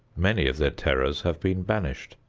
many of their terrors have been banished.